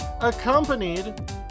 accompanied